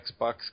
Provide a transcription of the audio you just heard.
xbox